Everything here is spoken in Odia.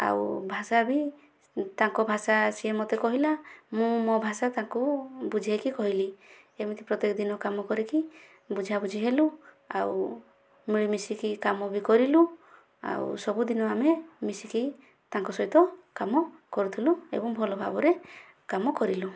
ଆଉ ଭାଷା ବି ତାଙ୍କ ଭାଷା ସିଏ ମୋତେ କହିଲା ମୁଁ ମୋ' ଭାଷା ତାକୁ ବୁଝେଇକି କହିଲି ଏମିତି ପ୍ରତ୍ୟକ ଦିନ କାମ କରିକି ବୁଝା ବୁଝି ହେଲୁ ଆଉ ମିଳିମିଶିକି କାମ ବି କରିଲୁ ଆଉ ସବୁ ଦିନ ଆମେ ମିଶିକି ତାଙ୍କ ସହିତ କାମ କରୁଥିଲୁ ଏବଂ ଭଲ ଭାବରେ କାମ କରିଲୁ